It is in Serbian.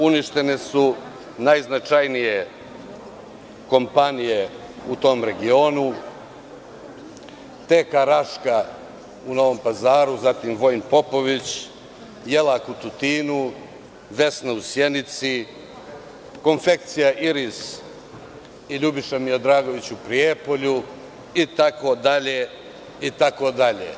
Uništene su najznačajnije kompanije u tom regionu - Teka Raška u Novom Pazaru, zatim „Vojin Popović“, „Jelak“ u Tutinu, „Vesna“ u Sjednici, Konfekcija „Iriz“ i „Ljubiša Miodragović“ u Prijepolju itd, itd.